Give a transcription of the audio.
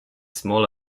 small